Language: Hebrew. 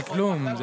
זה כלום.